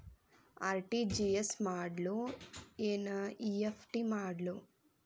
RTGS ಮಾಡ್ಲೊ NEFT ಮಾಡ್ಲೊ?